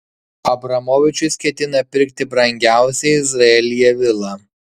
abramovičius ketina pirkti brangiausią izraelyje vilą